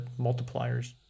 multipliers